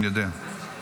36 בעד, 44 נגד.